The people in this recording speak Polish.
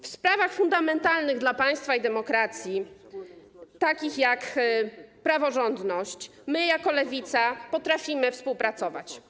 W sprawach fundamentalnych dla państwa i demokracji, takich jak praworządność, my jako Lewica potrafimy współpracować.